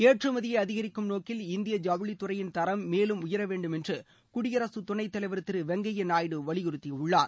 ஏற்றுமதியை அதிகிக்கும் நோக்கில் இந்திய இவுளித்துறையின் தரம் மேலும் உயர வேண்டும் என்று குடியரசு துணைத் தலைவர் திரு வெங்கய்யா நாயுடு வலியுறுத்தியுள்ளார்